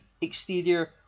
exterior